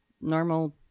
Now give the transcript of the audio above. normal